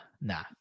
Nah